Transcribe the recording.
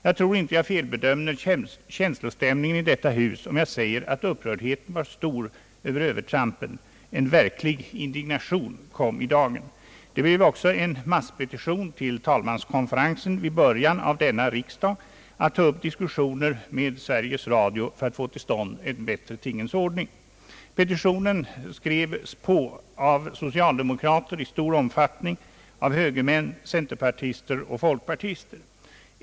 Jag tror inte jag felbedömde känslostämningen i detta hus om jag säger att upprördheten var stor över dessa övertramp, en verklig indignation kom i dagen. Det blev också en masspetition till talmanskonferensen i början på denna riksdag att ta upp diskussioner med Sveriges Radio för att få till stånd en bättre tingens ordning. Petitionen skrevs på av socialdemokrater i stor omfattning, av högermän, centerpartister och folkpartister.